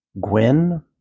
Gwen